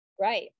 Right